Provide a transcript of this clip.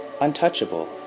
untouchable